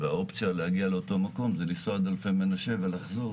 והאופציה להגיע לאותו מקום היא לנסוע עד אלפי מנשה ולחזור.